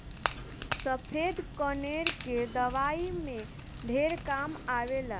सफ़ेद कनेर के दवाई में ढेर काम आवेला